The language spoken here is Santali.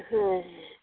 ᱦᱮᱸ